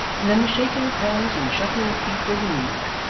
and then the shaking of hands and shuffling of feet were renewed,